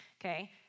Okay